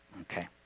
Okay